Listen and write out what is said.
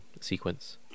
sequence